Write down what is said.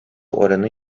oranı